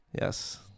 Yes